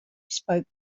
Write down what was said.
spoke